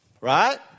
right